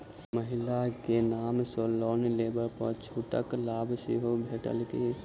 महिला केँ नाम सँ लोन लेबऽ पर छुटक लाभ सेहो भेटत की?